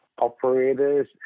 operators